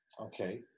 Okay